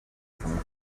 from